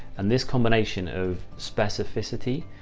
and this combination of specificity.